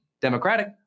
Democratic